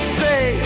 say